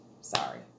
Sorry